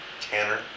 Tanner